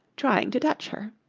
trying to touch her.